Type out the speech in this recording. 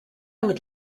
would